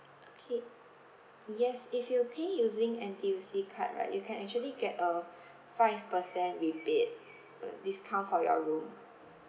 okay yes if you pay using N_T_U_C card right you can actually get a five percent rebate uh discount for your room